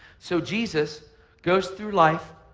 so jesus goes through life,